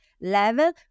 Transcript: level